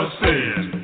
sin